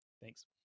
Thanks